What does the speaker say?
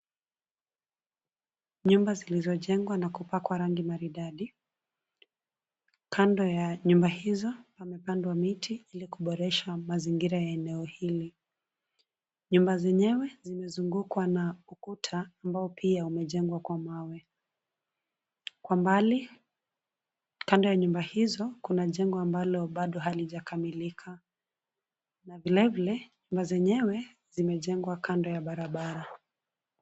Nyumba zilizojengwa na kupakwa rangi maridadi. Kando ya nyumba hizo pamepandwa miti ili kuboresha mazingira ya eneo hili. Nyumba zenyewe zimezungukwa na ukuta ambao pia umejengwa kwa mawe. Kwa mbali, kando ya nyumba hizo kuna jengo ambalo baado halijakamilika. Na vilevile nyumba zenyewe zimejengwa kando ya barabara.